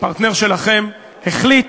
הפרטנר שלכם, החליט